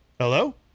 Hello